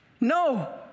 No